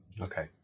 Okay